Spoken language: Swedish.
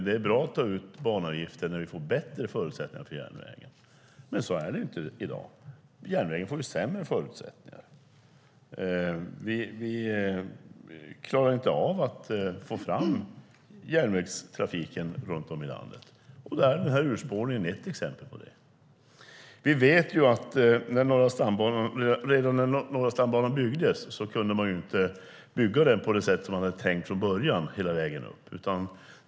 Det är bra att ta ut banavgifter när man får bättre förutsättningar på järnvägen. Så är det inte i dag. Järnvägen får sämre förutsättningar. Vi klarar inte av att få fram järnvägstrafiken runt om i landet. Urspårningen är ett exempel på det. Vi vet att redan när Norra stambanan byggdes kunde man inte bygga den på det sätt som man tänkt från början hela vägen upp.